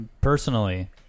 personally